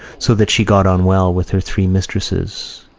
so that she got on well with her three mistresses.